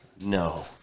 No